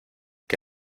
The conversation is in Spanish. que